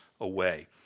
away